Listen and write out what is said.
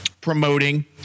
promoting